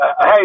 Hey